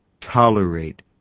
tolerate